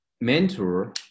mentor